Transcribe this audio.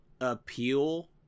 appeal